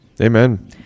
Amen